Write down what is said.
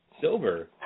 Silver